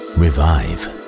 revive